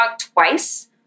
twice